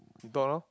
you talk lor